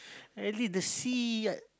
I read the sea I